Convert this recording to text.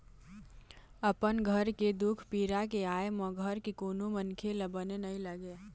अपन घर के दुख पीरा के आय म घर के कोनो मनखे ल बने नइ लागे